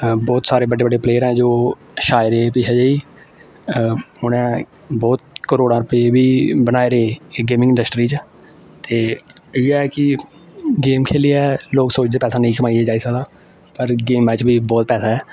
बहुत सारे बड्डे बड्डे प्लेयर न जो छाए दे पिच्छें जेही उनें बहुत करोड़ां रपेऽ बी बनाए रेह् गेमिंग इंडस्ट्री च ते इयै कि गेम खेलियै लोक सोचदे पैसा नेईं कमाया जाई सकदा पर गेमै ब च बी बहुत पैसा ऐ